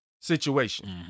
situation